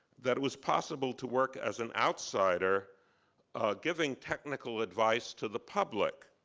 that it was possible to work as an outsider giving technical advice to the public,